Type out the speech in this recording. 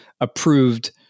approved